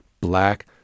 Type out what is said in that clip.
black